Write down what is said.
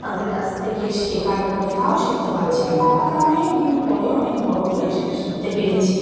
তাদের কাছ থেকে শেখার পরে তাও শিখতে পারছিলাম না তারপরে অনেক দিন পরে অনেক বড়ো হয়ে সেটা শিখতে পেরেছি